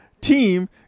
team